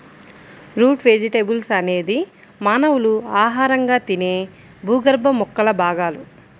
route vegetables అనేది మానవులు ఆహారంగా తినే భూగర్భ మొక్కల భాగాలు